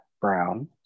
Brown